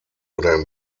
oder